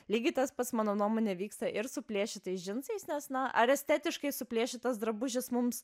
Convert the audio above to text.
lygiai tas pats mano nuomone vyksta ir suplėšytais džinsais nes na ar estetiškai suplėšytas drabužis mums